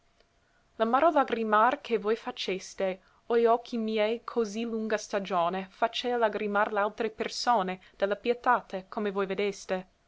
ragione l'amaro lagrimar che voi faceste oi occhi miei così lunga stagione facea lagrimar l'altre persone de la pietate come voi vedeste